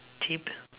cheap